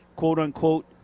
quote-unquote